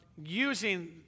using